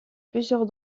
plusieurs